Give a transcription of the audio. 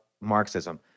Marxism